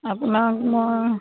আপোনাক মই